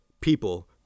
people